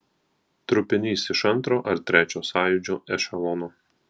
trupinys iš antro ar trečio sąjūdžio ešelono